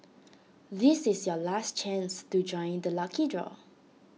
this is your last chance to join the lucky draw